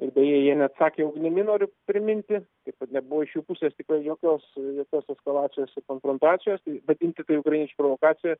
ir beje jie neatsakė ugnimi noriu priminti kaip kad nebuvo iš jų pusės tikrai jokios jokios eskalacijos ir konfrontacijos tai vadinti tai ukrainiečių provokacija